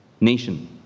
nation